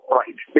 right